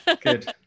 Good